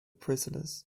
prisoners